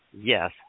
yes